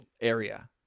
area